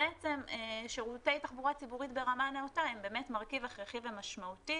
בעצם שירותי תחבורה ציבורית ברמה נאותה הם באמת מרכיב הכרחי ומשמעותי